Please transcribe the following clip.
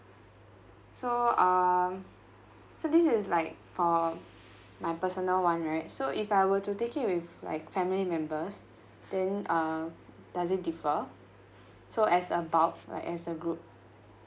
so um so this is like for my personal one right so if I were to take it with like family members then uh does it differ so as a bulk like as a group